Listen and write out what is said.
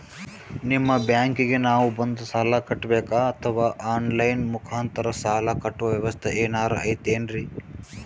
ನಿಮ್ಮ ಬ್ಯಾಂಕಿಗೆ ನಾವ ಬಂದು ಸಾಲ ಕಟ್ಟಬೇಕಾ ಅಥವಾ ಆನ್ ಲೈನ್ ಮುಖಾಂತರ ಸಾಲ ಕಟ್ಟುವ ವ್ಯೆವಸ್ಥೆ ಏನಾರ ಐತೇನ್ರಿ?